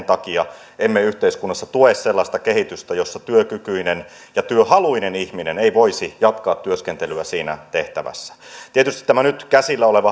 takia emme yhteiskunnassa tue sellaista kehitystä jossa työkykyinen ja työhaluinen ihminen voisi jatkaa työskentelyä siinä tehtävässä tietysti tässä nyt käsillä olevassa